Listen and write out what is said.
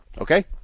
Okay